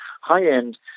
high-end